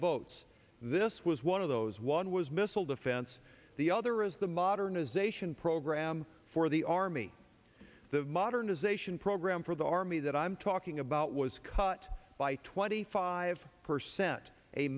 votes this was one of those one was missile defense the other is the modernization program for the army the modernization program for the army that i'm talking about was cut by twenty five percent a